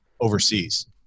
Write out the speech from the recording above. overseas